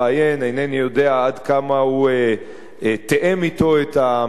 אינני יודע עד כמה הוא תיאם אתו את המסרים,